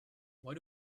why